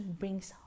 brings